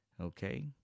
Okay